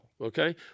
Okay